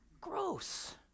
Gross